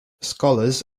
scholars